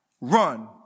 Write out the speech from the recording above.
run